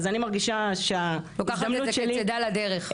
אז אני מרגישה שההזדמנות שלי -- לוקחת את זה כצידה לדרך.